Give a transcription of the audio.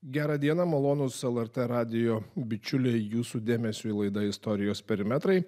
gera diena malonūs lrt radijo bičiuliai jūsų dėmesiui laida istorijos perimetrai